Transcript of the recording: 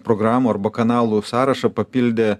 programų arba kanalų sąrašą papildė